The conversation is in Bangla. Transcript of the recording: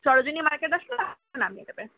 সরোজিনী মার্কেট আসলে নামিয়ে দেবে